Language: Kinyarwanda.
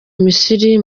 misiri